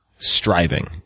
striving